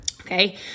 Okay